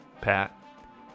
Pat